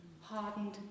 hardened